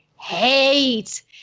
Hate